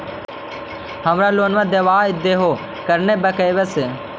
हमरा लोनवा देलवा देहो करने बैंकवा से?